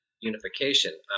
unification